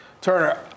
Turner